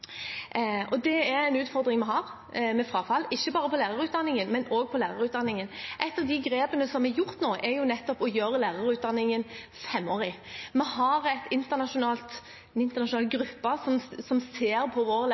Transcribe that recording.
er en utfordring vi har, ikke bare i lærerutdanningen, men også i læreryrket. Et av de grepene som er tatt nå, er å gjøre lærerutdanningen femårig. Vi har en internasjonal gruppe som ser på vår